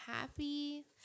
happy